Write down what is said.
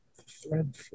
thread